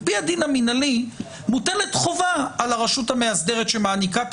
על פי הדין המינהלי מוטלת חובה על הרשות המאסדרת שמעניקה את